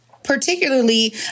particularly